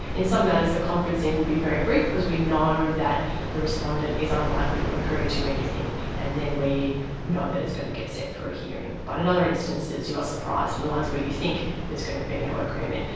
in some matters the conferencing will be very brief because we know that the respondent is unlikely to agree to anything, and then we know that it's going to get set for a hearing. but in other instances you are surprised, and the ones where you think there's going to be no agreement,